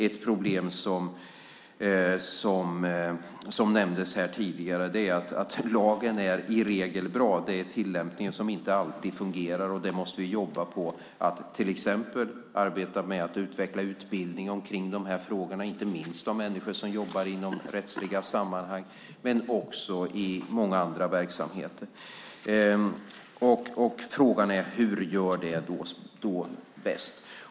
Ett problem som nämndes här tidigare är att lagen i regel är bra, men det är tillämpningen som inte alltid fungerar. Det måste vi jobba med. Vi måste till exempel arbeta med att utveckla utbildningen i de här frågorna, inte minst för människor som jobbar i rättsliga sammanhang men också för dem som jobbar i många andra verksamheter. Frågan är hur vi gör det bäst.